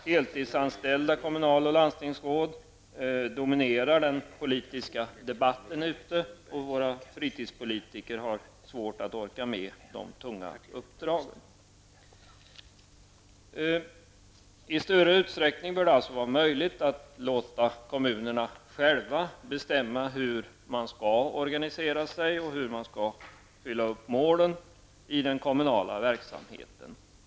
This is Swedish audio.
Heltidsanställda kommunal och landstingsråd dominerar den politiska debatten och våra fritidspolitiker har svårt att orka med de tunga uppdragen. Det bör alltså i större utsträckning vara möjligt att låta kommunerna själva bestämma sin organisation och hur man skall uppfylla målen i den kommunala verksamheten.